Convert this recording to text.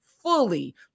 Fully